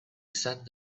sat